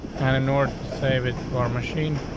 and in order to save it or machine,